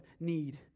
need